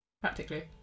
Practically